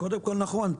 קודם כל נכון.